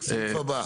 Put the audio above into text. סעיף הבא.